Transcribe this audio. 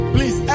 Please